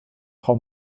frau